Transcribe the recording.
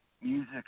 Music